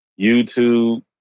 YouTube